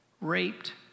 raped